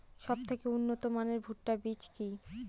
সবথেকে উন্নত মানের ভুট্টা বীজ কি?